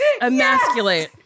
Emasculate